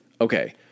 Okay